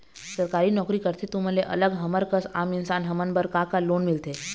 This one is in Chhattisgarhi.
सरकारी नोकरी करथे तुमन ले अलग हमर कस आम इंसान हमन बर का का लोन मिलथे?